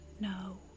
no